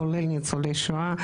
כולל ניצולי שואה.